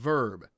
Verb